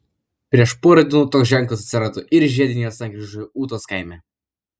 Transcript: prieš porą dienų toks ženklas atsirado ir žiedinėje sankryžoje ūtos kaime